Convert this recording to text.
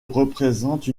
représente